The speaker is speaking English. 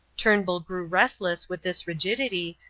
turnbull grew restless with this rigidity,